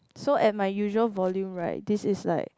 so and my usual volume right this is like